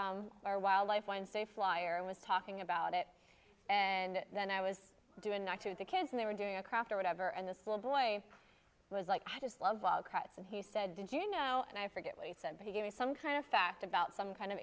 our wildlife wednesday flyer and was talking about it and then i was doing that to the kids and they were doing a craft or whatever and this little boy was like i just love and he said you know and i forget what he said but he gave me some kind of fact about some kind of